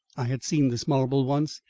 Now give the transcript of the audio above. i had seen this marble once,